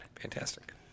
Fantastic